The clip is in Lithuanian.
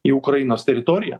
į ukrainos teritoriją